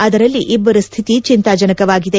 ಅದರಲ್ಲಿ ಇಬ್ಬರ ಸ್ವಿತಿ ಚೆಂತಾಜನಕವಾಗಿದೆ